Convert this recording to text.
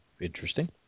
Interesting